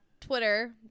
Twitter